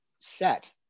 set